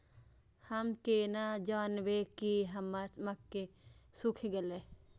हम केना जानबे की हमर मक्के सुख गले?